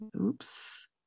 Oops